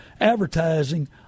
advertising